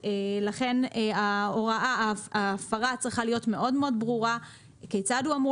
לכן ההפרה צריכה להיות מאוד מאוד ברורה כיצד הוא אמור